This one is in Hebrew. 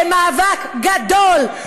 זה מאבק גדול.